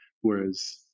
whereas